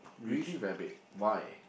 Greedy Rabbit why